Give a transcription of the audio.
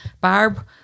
Barb